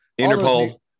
Interpol